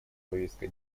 повестка